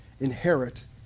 inherit